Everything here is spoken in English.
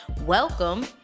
Welcome